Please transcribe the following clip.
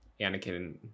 anakin